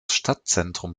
stadtzentrum